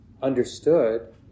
Understood